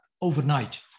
overnight